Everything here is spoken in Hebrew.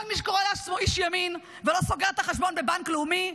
כל מי שקורא לעצמו איש ימין ולא סוגר את החשבון בבנק לאומי,